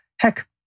heck